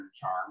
charm